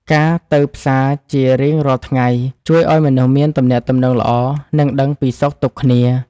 ការទៅផ្សារជារៀងរាល់ថ្ងៃជួយឱ្យមនុស្សមានទំនាក់ទំនងល្អ និងដឹងពីសុខទុក្ខគ្នា។